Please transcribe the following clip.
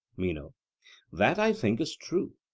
meno that, i think, is true.